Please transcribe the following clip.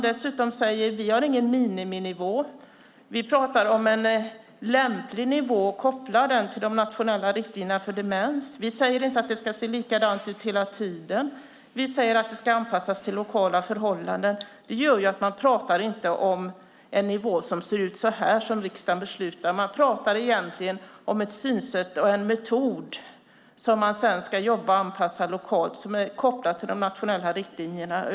Dessutom säger man att man inte har någon miniminivå utan pratar om en lämplig nivå som man kopplar till de nationella riktlinjerna för demens. Vi säger inte att det ska se likadant ut hela tiden. Vi säger att det ska anpassas till lokala förhållanden. Det innebär att man inte pratar om en nivå som riksdagen beslutar utan om ett synsätt och en metod som man ska jobba med och anpassa lokalt och som är kopplad till de nationella riktlinjerna.